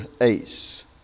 ace